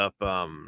up –